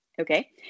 okay